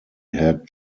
had